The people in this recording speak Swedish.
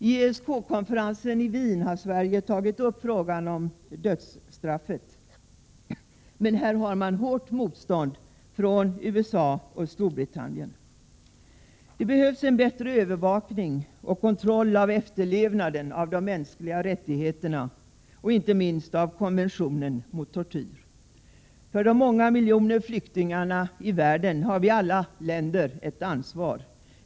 I ESK-konferensen i Wien har Sverige tagit upp frågan om dödsstraffet, men man har mött hårt motstånd från USA och Storbritannien. Det behövs en bättre övervakning och kontroll av efterlevnaden av de mänskliga rättigheterna och inte minst av konventionen mot tortyr. För de många miljoner flyktingarna i världen har alla länder ett ansvar.